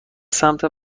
سمت